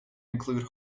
include